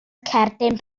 cerdyn